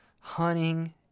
hunting